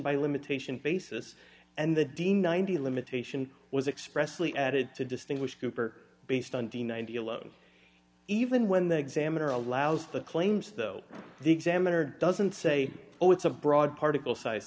by limitation basis and the d ninety limitation was expressly added to distinguish cooper based on d ninety alone even when the exam allows the claims though the examiner doesn't say oh it's a broad particle size